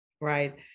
Right